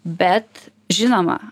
bet žinoma